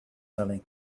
telling